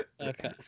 Okay